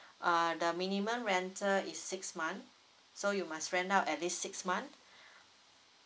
uh the minimum rental is six months so you must rentout at least six months